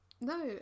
no